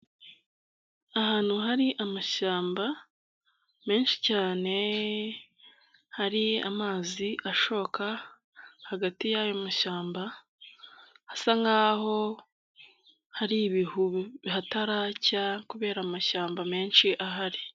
Ahantu hari amashyamba menshi cyane, hari amazi ashoka hagati yayo mashyamba asa nk'aho hari ibihu hataracya kubera amashyamba menshi ahari.